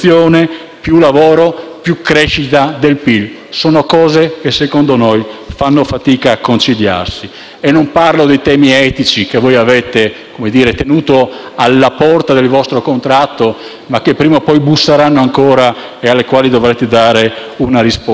più lavoro e più crescita del PIL? Sono cose che secondo noi fanno fatica a conciliarsi. E non parlo dei temi etici, che voi avete tenuto alla porta del vostro contratto, ma che prima o poi busseranno ancora e ai quali dovrete dare una risposta.